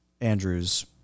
Andrew's